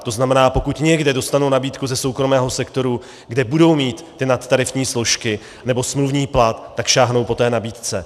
To znamená, pokud někde dostanou nabídku ze soukromého sektoru, kde budou mít nadtarifní složky nebo smluvní plat, tak sáhnou po té nabídce.